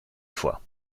fois